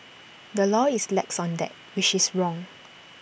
the law is lax on that which is wrong